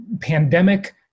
pandemic